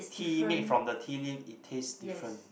tea made from the tea leaf it taste different